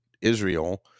Israel